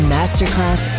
Masterclass